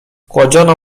kładziono